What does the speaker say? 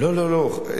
לא, לא, לא.